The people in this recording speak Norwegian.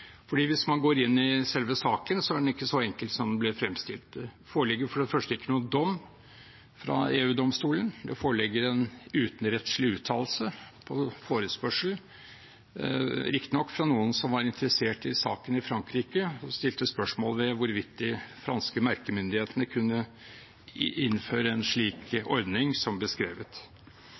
Hvis man går inn i selve saken, er den ikke så enkel som den blir fremstilt som. Det foreligger for det første ikke noen dom fra EU-domstolen. Det foreligger en utenrettslig uttalelse på forespørsel, riktignok fra noen som var interessert i saken i Frankrike, og som stilte spørsmålstegn ved hvorvidt de franske merkemyndighetene kunne innføre en slik ordning, som beskrevet.